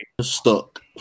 stuck